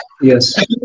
Yes